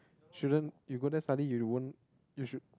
shouldn't you go there study you won't you should